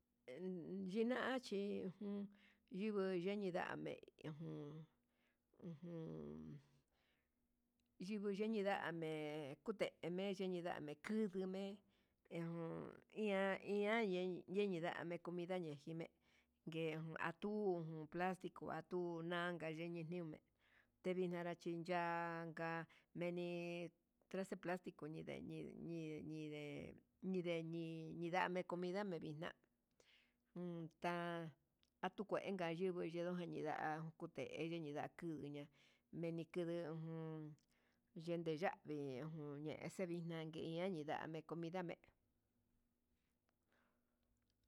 He yinachi ujun yunguu yeni yame'e ujun ujun, yimi yemi ndame kuteme yimindame ndekuxme, hejun iha iha yen yeyame kuminda ndejiame ngue atun ngaxtiko atunaka yeñime ndeminará chinyanga meni traste paltico nde yinii ñii ñindé ñindemi ñindame comida, ndame vixna'a ta atukuenka yungui yindun nduja ya'a kute ndina kuu niña meni kuduu uun yendi ndavii, jun ye'é xevixna ngue yindame comida me'e.